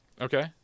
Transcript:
Okay